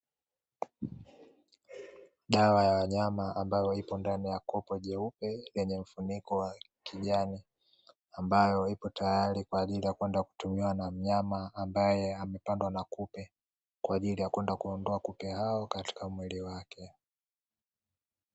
Dawa ya wanyama ambayo ipo ndani ya kopo jeupe, lenye mfuniko wa kijani; ambayo ipo tayari kwa ajili ya kwenda kutumiwa na mnyama, ambaye amepandwa na kupe, kwa ajili ya kwenda kuondoa kupe hao katika mwili wake.